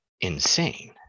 insane